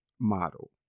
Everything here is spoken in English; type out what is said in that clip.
model